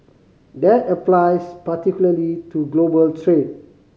that applies particularly to global trade